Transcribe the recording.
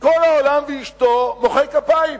"כל העולם ואשתו מוחא כפיים".